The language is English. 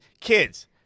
Kids